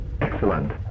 Excellent